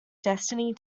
destiny